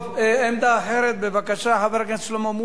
עמדה אחרת, בבקשה, חבר הכנסת שלמה מולה.